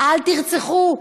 אל תרצחו,